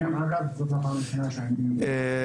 ביניהם גם הרבה גופי ממשל.